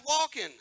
walking